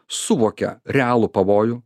suvokia realų pavojų